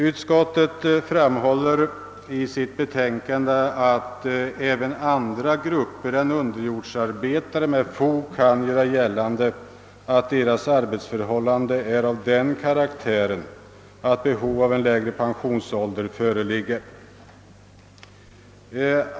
Utskottet framhåller i sitt utlåtande att »även andra grupper än underjordsarbetare med fog kan göra gällande att deras arbetsförhållanden är av den karaktären att behov av en lägre pensionsålder föreligger».